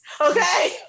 okay